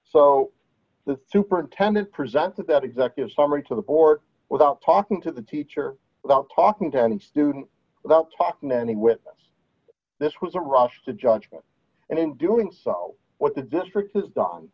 so the superintendent presented that executive summary to the board without talking to the teacher without talking to an student without talking to any witness this was a rush to judgment and in doing so what the district has done